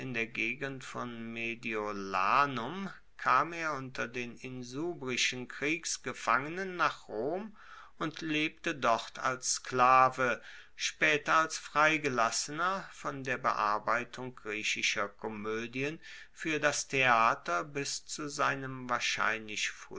der gegend von mediolanum kam er unter den insubrischen kriegsgefangenen nach rom und lebte dort als sklave spaeter als freigelassener von der bearbeitung griechischer komoedien fuer das theater bis zu seinem wahrscheinlich